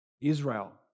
Israel